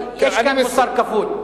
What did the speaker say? יש כאן מוסר כפול.